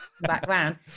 background